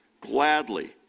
gladly